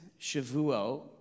shavuot